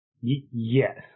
Yes